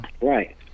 Right